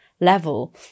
level